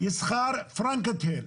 ישכר פרנקנטהל,